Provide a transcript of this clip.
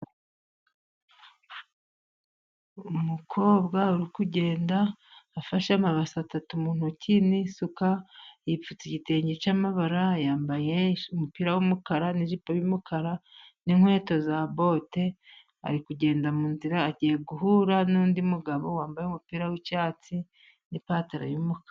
Umukobwa uri kugenda afashe amabasi atatu mu ntoki n'isuka. Yipfutse igitenge cy'amabara, yambaye umupira w'umukara n'ijipo y'umukara n'inkweto za bote. Ari kugenda mu nzira, agiye guhura n'undi mugabo wambaye umupira w'icyatsi n'ipantaro y'umukara.